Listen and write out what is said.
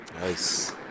nice